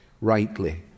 rightly